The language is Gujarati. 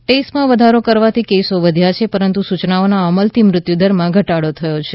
ટેસ્ટમાં વધારો કરવાથી કેસો વધ્યા છે પરંતુ સૂચનાઓના અમલથી મૃત્યુદરમાં ઘટાડો થયો છે